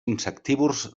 insectívors